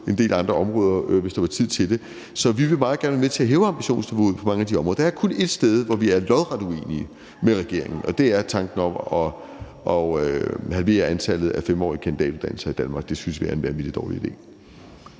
en del andre områder, hvis der var tid til det. Så vi vil meget gerne være med til at hæve ambitionsniveauet på mange af de her områder. Der er kun ét sted, hvor vi er lodret uenige med regeringen, og det er tanken om at halvere antallet af 5-årige kandidatuddannelser i Danmark; det synes vi er en vanvittig dårlig idé.